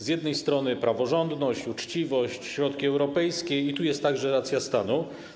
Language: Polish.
Z jednej strony, praworządność, uczciwość, środki europejskie i tu jest także racja stanu.